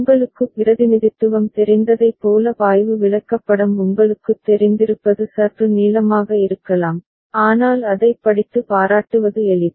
உங்களுக்கு பிரதிநிதித்துவம் தெரிந்ததைப் போல பாய்வு விளக்கப்படம் உங்களுக்குத் தெரிந்திருப்பது சற்று நீளமாக இருக்கலாம் ஆனால் அதைப் படித்து பாராட்டுவது எளிது